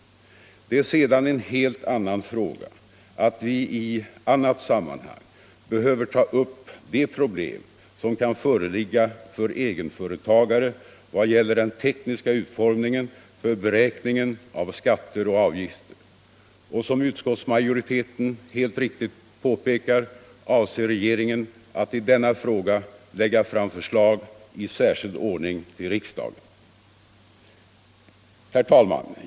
Det är sedan en helt annan fråga att vi i annat sammanhang behöver ta upp de problem som kan föreligga för egenföretagare när det gäller den tekniska utformningen för beräkningen av skatter och avgifter och, som utskottsmajoriteten helt riktigt påpekar, regeringen avser att i denna fråga lägga fram förslag i särskild ordning till riksdagen. Herr talman!